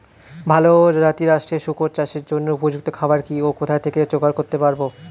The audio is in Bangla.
ভালো জাতিরাষ্ট্রের শুকর চাষের জন্য উপযুক্ত খাবার কি ও কোথা থেকে জোগাড় করতে পারব?